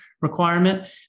requirement